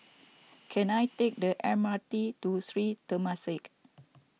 can I take the M R T to Sri Temasek